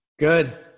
Good